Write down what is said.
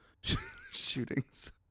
Shootings